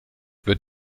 wird